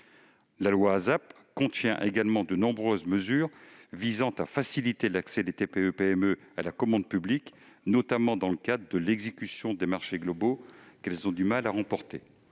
La loi ASAP contient également de nombreuses mesures visant à faciliter l'accès des TPE-PME à la commande publique, notamment dans le cadre de l'exécution des marchés globaux qu'elles ont du mal à remporter.